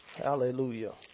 Hallelujah